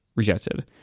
rejected